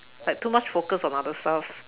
like too much focus on other stuff